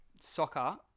soccer